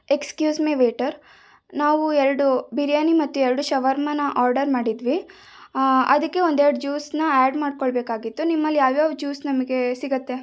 excuse me waiter ನಾವು ಎರಡು ಬಿರಿಯಾನಿ ಮತ್ತು ಎರಡು ಶವರ್ಮಾನ ಆರ್ಡರ್ ಮಾಡಿದ್ವಿ ಅದಕ್ಕೆ ಒಂದೆರಡು ಜ್ಯೂಸನ್ನ ಆ್ಯಡ್ ಮಾಡ್ಕೊಳ್ಬೇಕಾಗಿತ್ತು ನಿಮ್ಮಲ್ಲಿ ಯಾವ ಯಾವ ಜ್ಯೂಸ್ ನಮಗೆ ಸಿಗತ್ತೆ